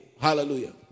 Hallelujah